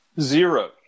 Zero